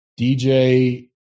DJ